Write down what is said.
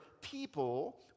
people